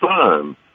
son